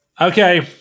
Okay